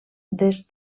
des